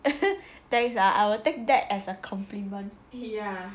thanks ah I'll take that as a compliment